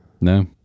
No